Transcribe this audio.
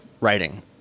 writing